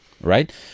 right